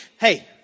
hey